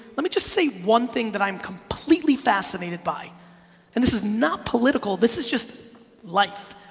let me just say one thing that i'm completely fascinated by and this is not political. this is just life,